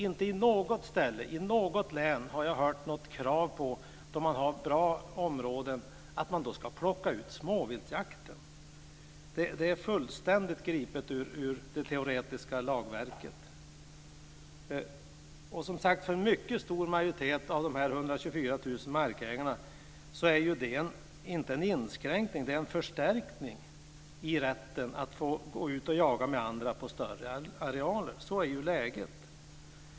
Inte på något ställe, inte i något län, där man har bra områden har jag hört krav om att plocka ut småviltjakten. Det hela är fullständigt gripet ur det teoretiska lagverket. För en mycket stor majoritet av de 124 000 markägarna handlar det inte om en inskränkning utan om en förstärkning av rätten att få gå ut och jaga med andra på större arealer; det är läget.